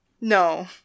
No